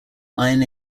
iron